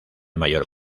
mayor